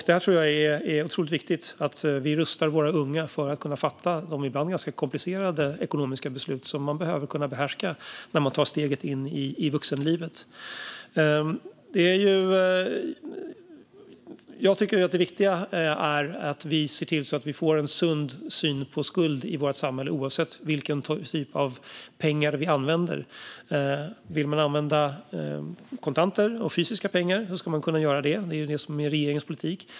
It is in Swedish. Det är otroligt viktigt att vi rustar våra unga att kunna fatta de ibland komplicerade ekonomiska beslut som man behöver kunna behärska när man tar steget in i vuxenlivet. Jag tycker att det viktiga är att vi ser till att i samhället få en sund syn på skuld, oavsett vilken typ av pengar vi använder. Vill man använda kontanter, fysiska pengar, ska man kunna göra det. Detta är ju regeringens politik.